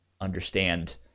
understand